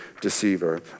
deceiver